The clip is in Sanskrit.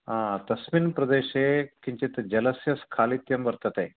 आ तस्मिन् प्रदेशे किञ्चित् जलस्य स्खालित्यं वर्तते